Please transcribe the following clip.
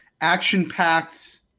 Action-packed